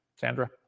Sandra